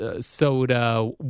soda